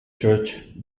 church